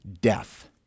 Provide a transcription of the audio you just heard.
death